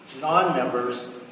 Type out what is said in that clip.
non-members